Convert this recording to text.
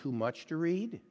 too much to read